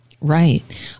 Right